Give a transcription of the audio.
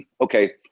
okay